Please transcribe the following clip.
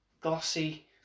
glossy